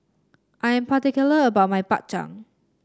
I am particular about my Bak Chang